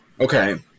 Okay